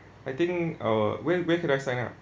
I think uh where where can I sign up